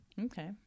Okay